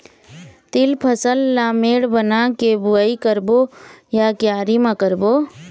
तील फसल ला मेड़ बना के बुआई करबो या क्यारी म करबो?